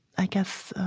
i guess,